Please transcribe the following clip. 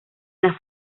las